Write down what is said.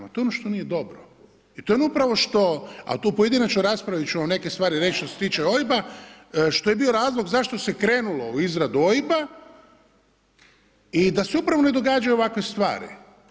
To je ono što nije dobro i to je ono upravo što, ali tu u pojedinačnoj raspravi ću vam neke stvari reći što se tiče OIB-a, što je bio razlog zašto se krenulo u izradu OIB-a i da se upravo ne događaju ovakve stvari.